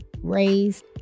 raised